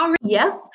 Yes